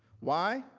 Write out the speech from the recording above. why?